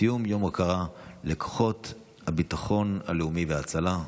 ציון יום ההוקרה לכוחות הביטחון הלאומי וההצלה,